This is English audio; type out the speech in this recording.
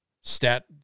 stat